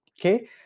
okay